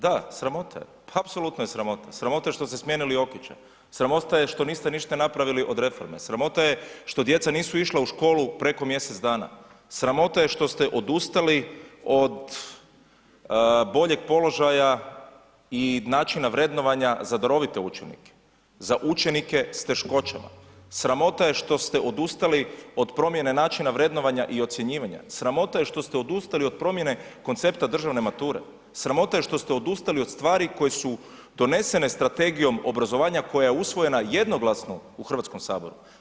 Da, sramota je, pa apsolutna je sramota, sramota je što ste smijenili Jokića, sramota je što niste ništa napravili od reforme, sramota je što djeca nisu išla u školu preko mjesec dana, sramota je što ste odustali od boljeg položaja i načina vrednovanja za darovite učenike, za učenike sa teškoćama, sramota je što ste odustali od promjene načina vrednovanja i ocjenjivanja, sramota je što ste odustali od promjene koncepta državne mature, sramota je što ste odustali od stvari koje su donesene strategijom obrazovanja, koja je usvojena jednoglasno u Hrvatskom saboru.